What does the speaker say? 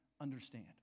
understand